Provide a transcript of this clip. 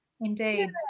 indeed